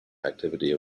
activity